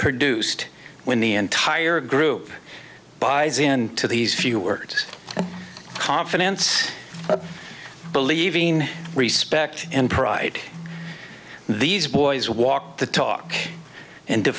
produced when the entire group buys in to these few words confidence believing respect and pride these boys walk the talk and to